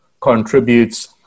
contributes